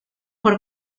por